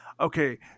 Okay